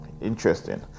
Interesting